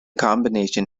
combination